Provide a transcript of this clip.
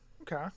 Okay